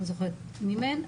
לא זוכרת מי מהן,